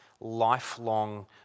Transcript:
lifelong